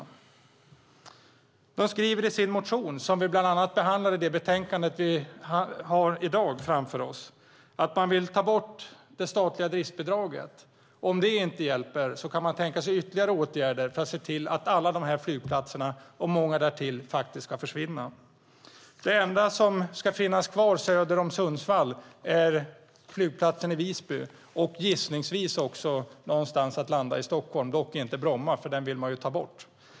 De skriver i sin motion, som vi bland annat behandlar i det betänkande vi har framför oss i dag, att de vill ta bort det statliga driftsbidraget. Om det inte hjälper kan de tänka sig ytterligare åtgärder för att se till att alla dessa flygplatser och många därtill ska försvinna. Det enda som ska finnas kvar söder om Sundsvall är flygplatsen i Visby, och gissningsvis också någonstans att landa i Stockholm - dock inte Bromma, för den vill de ta bort.